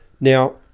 now